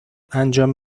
انجام